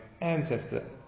ancestor